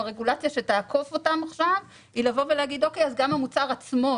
הרגולציה היא לבוא ולומר שגם המוצר עצמו,